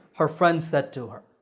her friend said to her.